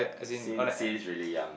since since really young